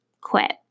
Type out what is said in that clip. quit